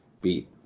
beat